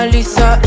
Lisa